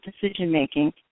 decision-making